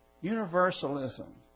universalism